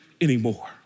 anymore